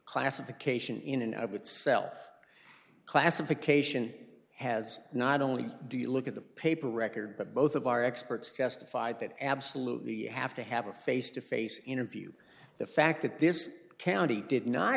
classification in and of itself classification has not only do you look at the paper record but both of our experts testified that absolutely you have to have a face to face interview the fact that this county did not